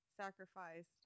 sacrificed